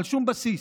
שום בסיס.